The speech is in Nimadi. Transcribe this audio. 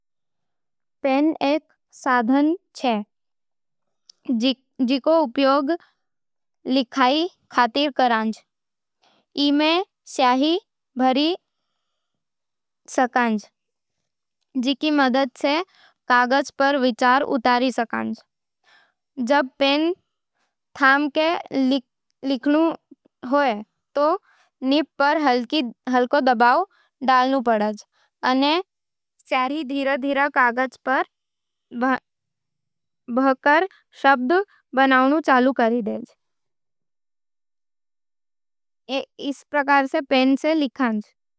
पेन एक साधन छे, जिकरो उपयोग लिखाई खातर करंज। ई में स्याही भरी रहवे है, जिकरी मदद सै थूं कागज पर विचार उतार सकै हो। जब थूं पेन थाम के लिखते हो, तो निब पर हलको दबाव डालो, अने स्याही धीरे-धीरे कागज पर बहके शब्द बन जावे है। इस प्रकार पेन से लिखंज।